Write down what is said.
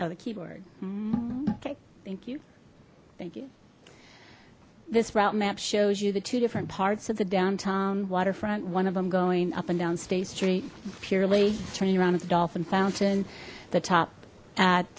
oh the keyboard okay thank you thank you this route map shows you the two different parts of the downtown waterfront one of them going up and down state street purely turning around at the dolphin fountain the top a